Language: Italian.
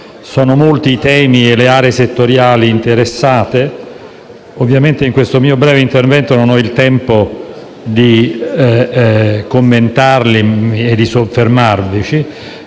Sono molti i temi e le aree settoriali interessati e ovviamente, in questo mio breve intervento non ho il tempo di commentarli e di soffermarmi